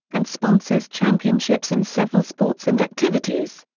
and sponsors championships in several sports and activities.